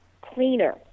cleaner